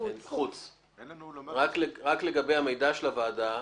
רק לגבי המידע של הוועדה.